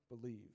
believe